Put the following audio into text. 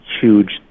huge